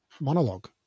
monologue